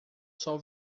sol